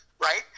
right